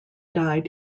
died